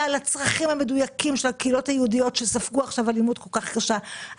על הצרכים המדויקים של הקהילות היהודיות שספגו עכשיו מכה כל כך קשה,